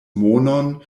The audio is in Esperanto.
monon